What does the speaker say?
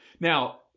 Now